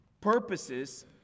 purposes